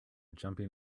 jumping